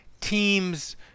teams